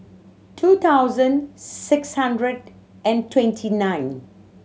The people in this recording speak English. two thousand six hundred and twenty nine